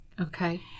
Okay